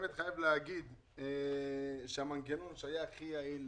אני חייב להגיד שהמנגנון שהיה הכי יעיל,